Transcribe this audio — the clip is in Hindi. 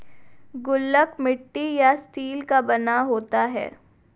गुल्लक मिट्टी या स्टील का बना होता है